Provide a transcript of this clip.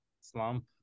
slump